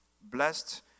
Blessed